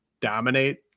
Dominate